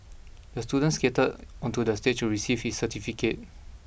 the student skated onto the stage receive his certificate